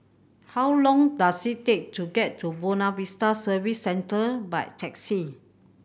how long does it take to get to Buona Vista Service Centre by taxi